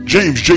James